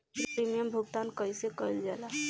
Premium भुगतान कइसे कइल जाला?